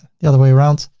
the other way around.